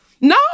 No